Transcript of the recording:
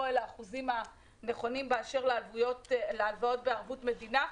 אלה האחוזים הנכונים באשר להלוואות בערבות מדינה.